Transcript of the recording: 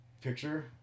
picture